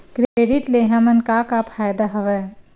Credit ले हमन का का फ़ायदा हवय?